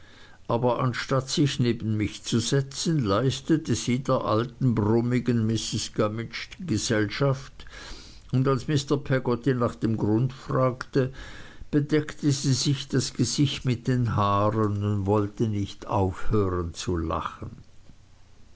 aber anstatt sich neben mich zu setzen leistete sie der alten brummigen mrs gummidge gesellschaft und als mr peggotty nach dem grund fragte bedeckte sie sich das gesicht mit den haaren und wollte nicht aufhören zu lachen